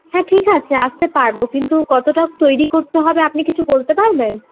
হ্যাঁ ঠিক আছে আসতে পারবো কিন্তু কতটা তৈরি করতে হবে আপনি কিছু বলতে পারবেন